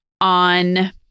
on